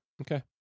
Okay